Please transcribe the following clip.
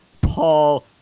Paul